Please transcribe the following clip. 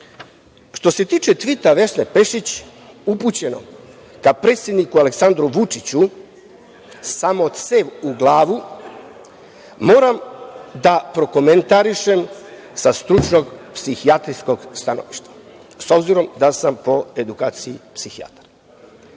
Što se tiče tvita Vesne Pešić upućeno ka predsedniku Aleksandru Vučiću, samo cev u glavu, moram da prokomentarišem sa stručnog psihijatrijskog stanovišta, s obzirom da sam po edukaciju psihijatar. Nakon